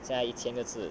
现在一千个字